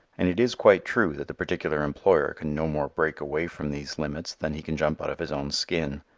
and it is quite true that the particular employer can no more break away from these limits than he can jump out of his own skin.